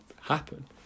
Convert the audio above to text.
happen